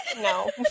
no